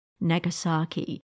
Nagasaki